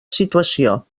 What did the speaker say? situació